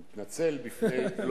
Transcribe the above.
אני מתנצל בפני פלוצקר.